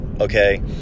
Okay